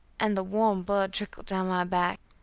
and the warm blood trickled down my back.